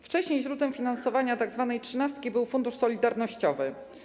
Wcześniej źródłem finansowania tzw. trzynastki był Fundusz Solidarnościowy.